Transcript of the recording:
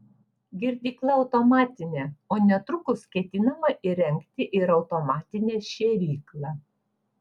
girdykla automatinė o netrukus ketinama įrengti ir automatinę šėryklą